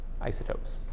isotopes